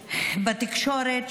בתקשורת,